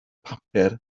papur